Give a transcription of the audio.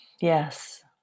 Yes